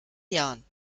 jahren